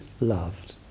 loved